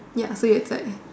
ya so it's like